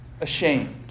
ashamed